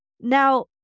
Now